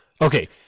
okay